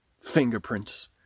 Fingerprints